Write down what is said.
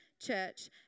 church